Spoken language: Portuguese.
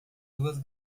duas